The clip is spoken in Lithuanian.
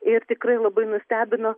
ir tikrai labai nustebino